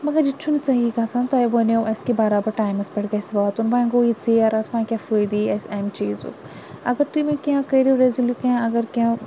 مگر یہِ تہِ چھُنہٕ صحیح گژھان تۄہہِ وَنیو اَسہِ کہِ برابر ٹایمَس پٮ۪تھ گژھِ واتُن وۄنۍ گوٚو یہِ ژیر اَسہِ وۄنۍ کیٛاہ فٲیِدٕ یی اَسہِ اَمہِ چیٖزُک اگر تُہۍ وۄنۍ کیٚنہہ کٔرِو یا اگر کیٚنہہ